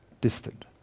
distant